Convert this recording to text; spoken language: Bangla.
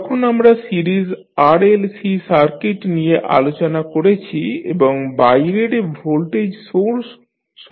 যখন আমরা সিরিজ RLC সার্কিট নিয়ে আলোচনা করেছি এবং বাইরের ভোল্টেজ সোর্স সংযুক্ত থাকে